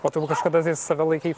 o tu kažkada save laikei